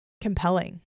compelling